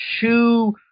two